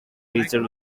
reached